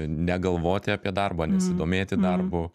negalvoti apie darbą nesidomėti darbu